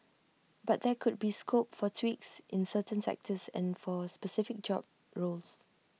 but there could be scope for tweaks in certain sectors and for specific job roles